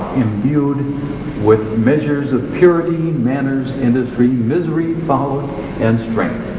imbued with measures of purity, manners, industry, misery, folly and strength